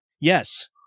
Yes